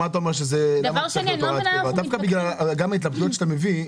גם בגלל ההתלבטות שאתה מציג,